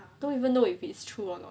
don't even know if it's true or not